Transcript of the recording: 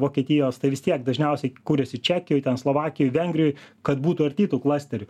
vokietijos tai vis tiek dažniausiai kuriasi čekijoj ten slovakijoj vengrijoj kad būtų arti tų klasterių